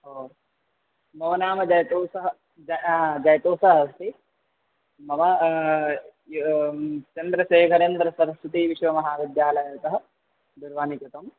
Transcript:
ओ मम नाम जयतोसः जयः जयतोसः अस्ति मम चन्द्रशेखरेन्द्रसरस्वती विश्वमहाविद्यालयतः दूरवाणी कृता